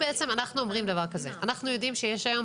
אנחנו אומרים דבר כזה: אנחנו יודעים שיש היום